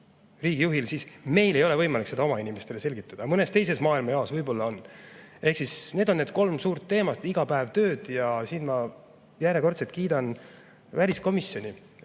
immuunsus, siis meil ei ole võimalik seda oma inimestele selgitada. Mõnes teises maailmajaos võib-olla on. Need on need kolm suurt teemat iga päev töös. Ja siin ma järjekordselt kiidan väliskomisjoni,